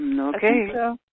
Okay